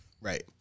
Right